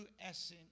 essence